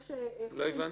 לא הבנתי.